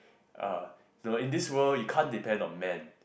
uh you know in this world you can't depend on man